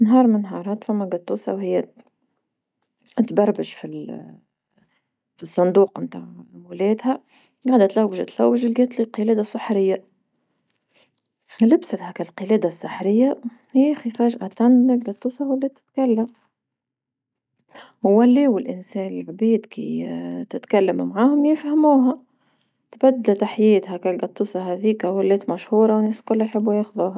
نهار من نهار ثما قطوسة وهي تبربش فالصندوق نتاع مولاتها، قاعدة تلوج تلوج لقات القلادة السحرية، لبستها هاتلقي القلادة السحرية يا خي فجأة القطوسة ولات تتكلم، هلاو الانسان العباد كي تتكلم معاهم يفهموها، تبدل حيات هاكا القطوسة هاذيكا ولات مشهورة والناس الكل يحبو ياخذوها.